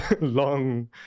long